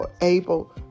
able